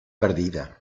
perdida